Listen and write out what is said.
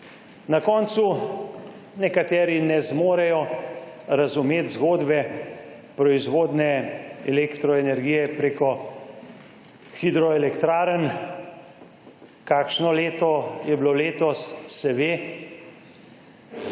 Na koncu. Nekateri ne zmorejo razumeti zgodbe proizvodnje elektroenergije preko hidroelektrarn. Kakšno leto je bilo letos, se ve.